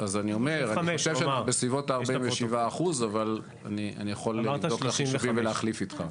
אני חושב שבסביבות ה-47% אבל אני יכול לבדוק את החישובים ולהחליף איתך.